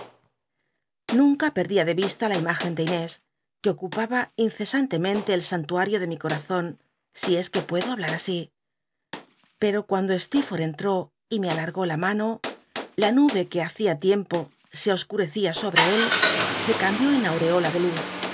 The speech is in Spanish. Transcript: nunca perdía de vista la im ügen de inés que ocupaha incesantcmcnlc el santuario de mi corazon si es que puedo hablat así pero cunndo stectforlh cnlló y me alargó la mano la nube que hacia tiempo se oscurecía sobt c él se cambió en aureola de luz